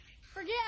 Forget